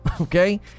okay